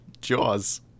Jaws